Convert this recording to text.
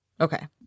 Okay